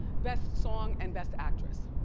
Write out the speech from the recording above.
best song and best actress.